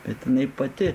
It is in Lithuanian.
bet jinai pati